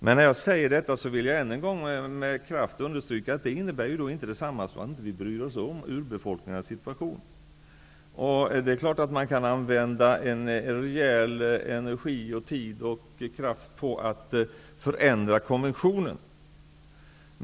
Men jag vill än en gång med kraft understryka att detta inte innebär detsamma som att vi inte bryr oss om urbefolkningarnas situation. Det är klart att vi kan använda rejält med energi, tid och kraft till att förändra konventionen.